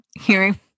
hearing